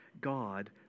God